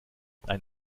ein